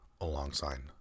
alongside